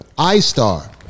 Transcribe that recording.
iStar